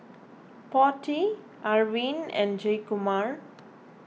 Potti Arvind and Jayakumar